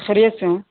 خیریت سے ہیں